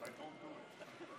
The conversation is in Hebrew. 42